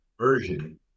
version